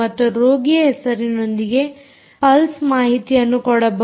ಮತ್ತು ರೋಗಿಯ ಹೆಸರಿನೊಂದಿಗೆ ಪಲ್ಸ್ ಮಾಹಿತಿಯನ್ನು ಕೊಡಬಹುದು